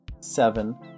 seven